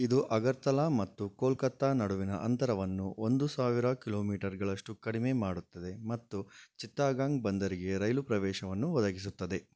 ಇದು ಅಗರ್ತಲಾ ಮತ್ತು ಕೋಲ್ಕತ್ತಾ ನಡುವಿನ ಅಂತರವನ್ನು ಒಂದು ಸಾವಿರ ಕಿಲೋಮೀಟರ್ಗಳಷ್ಟು ಕಡಿಮೆ ಮಾಡುತ್ತದೆ ಮತ್ತು ಚಿತ್ತಗೋಂಗ್ ಬಂದರಿಗೆ ರೈಲು ಪ್ರವೇಶವನ್ನು ಒದಗಿಸುತ್ತದೆ